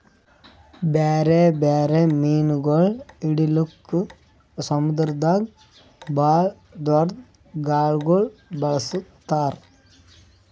ಬ್ಯಾರೆ ಬ್ಯಾರೆ ಮೀನುಗೊಳ್ ಹಿಡಿಲುಕ್ ಸಮುದ್ರದಾಗ್ ಭಾಳ್ ದೊಡ್ದು ಗಾಳಗೊಳ್ ಬಳಸ್ತಾರ್